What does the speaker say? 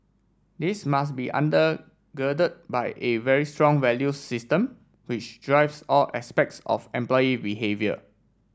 this must be under gird by a very strong value system which drives all aspects of employee behaviour